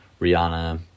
Rihanna